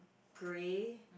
grey